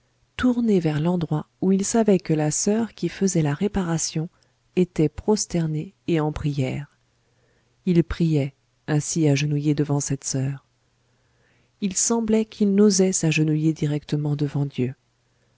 tourné vers l'endroit où il savait que la soeur qui faisait la réparation était prosternée et en prière il priait ainsi agenouillé devant cette soeur il semblait qu'il n'osait s'agenouiller directement devant dieu